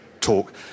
talk